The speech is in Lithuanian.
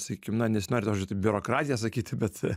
sakykim na nesinori to žodžio biurokratija sakyti bet